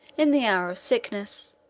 in the hour of sickness,